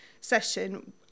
session